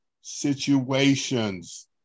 situations